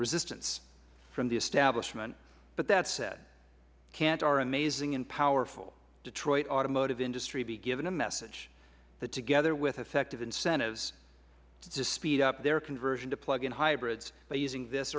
resistance from the establishment with that said can't our amazing and powerful detroit automotive industry be given a message together with effective incentives to speed up their conversion to plug in hybrids by using this